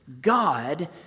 God